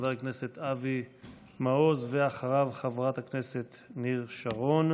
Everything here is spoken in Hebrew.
חבר הכנסת אבי מעוז, ואחריו, חברת הכנסת ניר שרון.